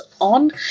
on